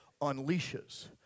unleashes